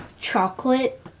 chocolate